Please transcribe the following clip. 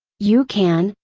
you can,